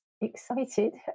excited